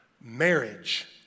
Marriage